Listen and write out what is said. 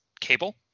Cable